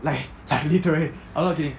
like like literally I'm not kidding